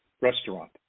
restaurant